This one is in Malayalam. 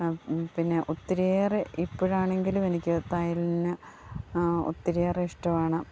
പിന്നെ ഒത്തിരിയേറെ ഇപ്പോഴാണെങ്കിലും എനിക്ക് തയ്യലിന് ഒത്തിരിയേറെ ഇഷ്ടമാണ്